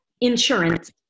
insurance